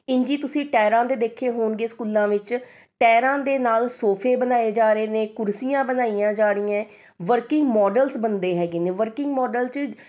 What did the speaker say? ਇੰਝ ਹੀ ਤੁਸੀਂ ਟਾਇਰਾਂ ਦੇ ਦੇਖੇ ਹੋਣਗੇ ਸਕੂਲਾਂ ਵਿੱਚ ਟਾਇਰਾਂ ਦੇ ਨਾਲ ਸੋਫ਼ੇ ਬਣਾਏ ਜਾ ਰਹੇ ਨੇ ਕੁਰਸੀਆਂ ਬਣਾਈਆਂ ਜਾ ਰਹੀਆਂ ਵਰਕਿੰਗ ਮੌਡਲਜ਼ ਬਣਦੇ ਹੈਗੇ ਨੇ ਵਰਕਿੰਗ ਮੌਡਲ 'ਚ